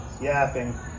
yapping